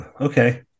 Okay